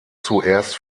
zuerst